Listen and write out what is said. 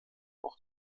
auch